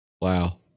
Wow